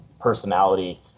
personality